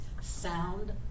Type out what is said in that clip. sound